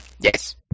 Yes